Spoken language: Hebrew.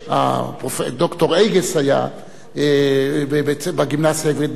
ד"ר אייגס היה בגימנסיה העברית בירושלים,